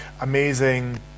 amazing